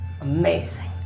Amazing